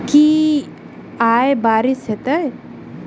की आय बारिश हेतै?